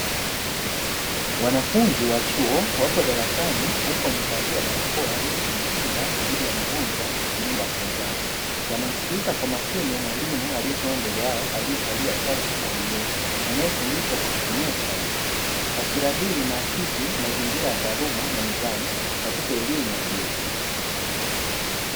Wanafunzi wa chuo wapo darasani, huku wamevalia barakoa ili kujikinga dhidi ya magonjwa na kulinda afya zao. Wanamsikiliza kwa makini mwalimu aliyesimama mbele yao aliyavalia shati la bluu, anayefundisha kwa kutumia sauti. Taswira hii inaaksi mazingira ya taaluma na nidhamu katika elimu ya juu.